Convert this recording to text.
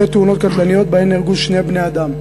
תאונות קטלניות שנהרגו בהן שני בני-אדם.